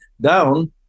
down